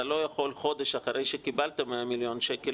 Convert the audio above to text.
אתה לא יכול חודש אחרי שקיבלת 100 מיליון שקל